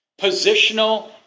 Positional